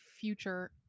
future